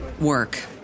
work